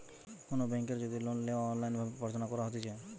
কোনো বেংকের যদি লোন লেওয়া অনলাইন ভাবে প্রার্থনা করা হতিছে